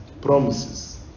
promises